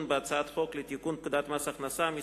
בהצעת חוק לתיקון פקודת מס הכנסה (מס'